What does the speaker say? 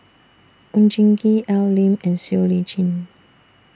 Oon Jin Gee Al Lim and Siow Lee Chin